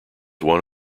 one